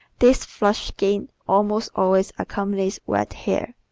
this flushed skin almost always accompanies red hair,